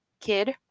kid